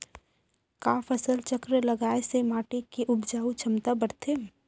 का फसल चक्र लगाय से माटी के उपजाऊ क्षमता बढ़थे?